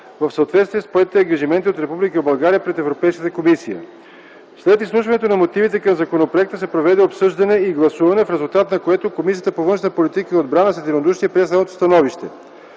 в съответствие с поетите ангажименти от Република България пред Европейската комисия. След изслушването на мотивите към законопроекта се проведе обсъждане и гласуване, в резултат на което Комисията по външна политика и отбрана с единодушие прие следното становище: